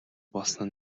болсон